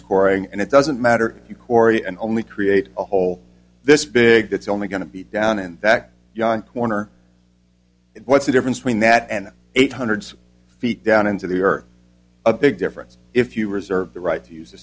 scoring and it doesn't matter if you cory and only create a whole this big it's only going to be down in that young corner what's the difference between that and eight hundred feet down into the earth a big difference if you reserve the right to use